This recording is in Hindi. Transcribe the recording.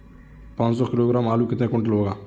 पाँच सौ किलोग्राम आलू कितने क्विंटल होगा?